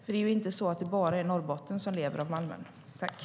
Det är ju inte bara Norrbotten som lever av malmen.